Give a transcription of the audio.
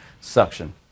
Suction